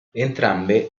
entrambe